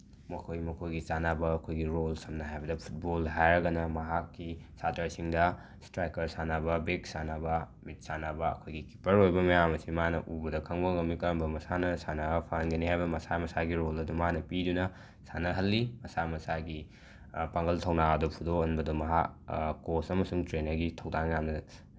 ꯃꯈꯣꯏ ꯃꯈꯣꯏꯒꯤ ꯆꯥꯅꯕ ꯑꯩꯈꯣꯏꯒꯤ ꯔꯣꯜ ꯁꯝꯅ ꯍꯥꯏꯔꯕꯗ ꯐꯨꯠꯕꯣꯜꯗ ꯍꯥꯏꯔꯒꯅ ꯃꯍꯥꯛꯀꯤ ꯁꯥꯇ꯭ꯔꯁꯤꯡꯗ ꯏꯁꯇ꯭ꯔꯥꯛꯀꯔ ꯁꯥꯟꯅꯕ ꯕꯦꯛ ꯁꯥꯟꯅꯕ ꯃꯤꯗ ꯁꯥꯟꯅꯕ ꯑꯩꯈꯣꯏꯒꯤ ꯀꯤꯄꯔ ꯑꯣꯏꯕ ꯃꯌꯥꯝ ꯑꯁꯤ ꯃꯥꯅ ꯎꯕꯗ ꯈꯪꯕ ꯉꯝꯃꯤ ꯀꯔꯝꯕ ꯃꯁꯥꯟꯅ ꯁꯥꯟꯅꯔ ꯐꯍꯟꯒꯅꯤ ꯍꯥꯏꯕ ꯃꯁꯥ ꯃꯁꯥꯒꯤ ꯔꯣꯜ ꯑꯗꯨ ꯃꯥꯅ ꯄꯤꯗꯨꯅ ꯁꯥꯟꯅꯍꯜꯂꯤ ꯃꯁꯥ ꯃꯁꯥꯒꯤ ꯄꯥꯡꯒꯜ ꯊꯧꯅꯥ ꯑꯗꯨ ꯐꯨꯗꯣꯛꯍꯟꯕꯗꯨ ꯃꯍꯥꯛ ꯀꯣꯁ ꯑꯃꯁꯨꯡ ꯇ꯭ꯔꯦꯅꯔꯒꯤ ꯊꯧꯗꯥꯡ ꯌꯥꯝꯅ